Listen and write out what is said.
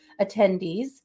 attendees